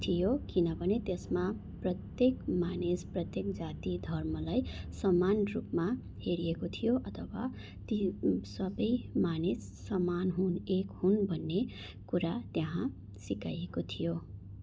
थियो किनभने त्यसमा प्रत्येक मानिस प्रत्येक जाति धर्मलाई समान रूपमा हेरिएको थियो अथवा ती सबै मानिस समान हुन् एक हुन् भन्ने कुरा त्यहाँ सिकाइएको थियो